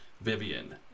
Vivian